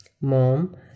Mom